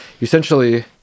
essentially